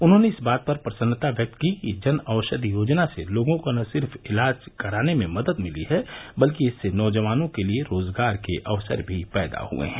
उन्होंने इस बात पर प्रसन्नता व्यक्त की कि जन औषधि योजना से लोगों को न सिर्फ इलाज कराने में मदद मिली है बल्कि इससे नौजवानों के लिए रोजगार के अवसर भी पैदा हुए हैं